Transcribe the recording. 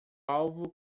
alvo